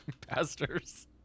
pastors